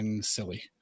silly